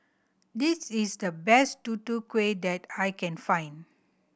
this is the best Tutu Kueh that I can find